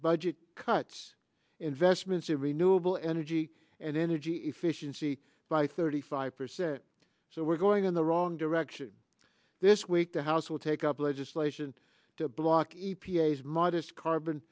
budget cuts investments in renewable energy and energy efficiency by thirty five percent so we're going in the wrong direction this week the house will take up legislation to block any p a s modest carbon